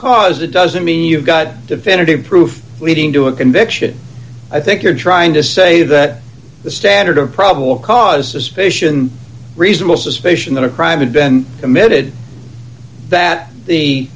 cause it doesn't mean you've got definitive proof leading to a conviction i think you're trying to say that the standard of probable cause suspicion reasonable suspicion that a crime had been committed that the